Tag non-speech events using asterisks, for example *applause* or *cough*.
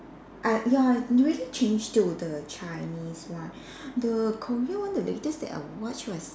uh ya already change to the Chinese one *breath* the Korea one the latest that I watch was